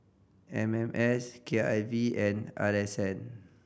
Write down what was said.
M M S K I V and R S N